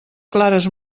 clares